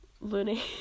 Loony